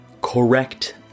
correct